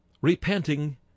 repenting